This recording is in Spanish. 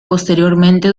posteriormente